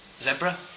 Zebra